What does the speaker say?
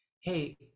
hey